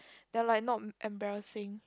they are like not embarrassing